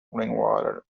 rainwater